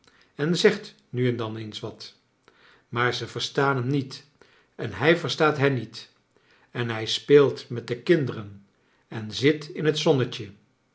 en zegt nu en dan eens wat maar ze verstaan hem niet en hij verstaat hen niet r en hij speelt met de kinderen en zit in het zonnetje